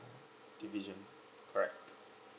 division correct